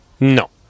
No